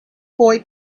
boy